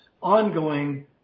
ongoing